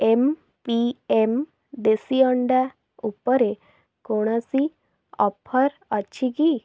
M P M ଦେଶୀ ଅଣ୍ଡା ଉପରେ କୌଣସି ଅଫର୍ ଅଛି କି